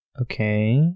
Okay